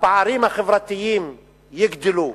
הפערים החברתיים יגדלו.